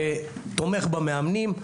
שתומך במאמנים.